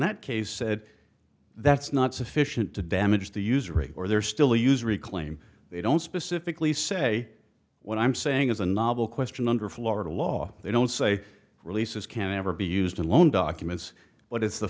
that case said that's not sufficient to damage the usury or they're still use reclaim they don't specifically say what i'm saying is a novel question under florida law they don't say releases can ever be used to loan documents what is the